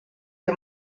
che